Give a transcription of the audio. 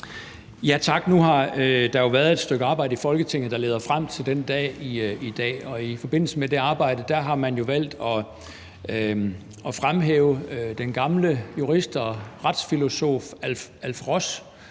Tak. Nu har der jo været et stykke arbejde i Folketinget, der leder frem til den dag i dag, og i forbindelse med det arbejde har man valgt at fremhæve den gamle jurist og retsfilosof Alf Ross